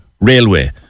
railway